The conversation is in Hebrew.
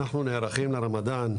אנחנו נערכים לרמדאן,